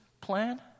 plan